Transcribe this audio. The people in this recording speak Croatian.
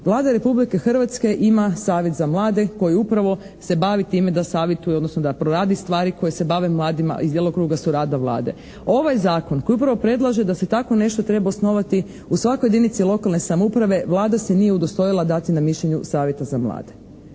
Vlada Republike Hrvatske ima Savjet za mlade koji upravo se bavi time da savjetuje odnosno da proradi stvari koje se bave mladima, iz djelokruga su rada Vlade. Ovaj zakon koji upravo predlaže da se tako nešto treba osnovati u svakoj jedinici lokalne samouprave, Vlada se nije udostojila dati na mišljenju Savjeta za mlade.